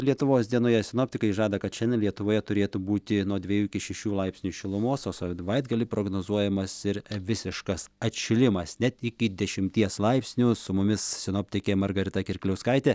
lietuvos dienoje sinoptikai žada kad šiandien lietuvoje turėtų būti nuo dviejų iki šešių laipsnių šilumos o savaitgalį prognozuojamas ir visiškas atšilimas net iki dešimties laipsnių su mumis sinoptikė margarita kirkliauskaitė